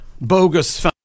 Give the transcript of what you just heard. bogus